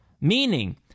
meaning